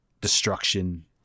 destruction